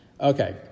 Okay